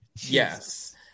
Yes